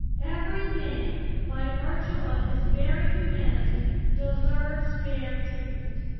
every man, by virtue of his very humanity, deserves fair treatment.